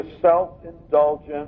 self-indulgent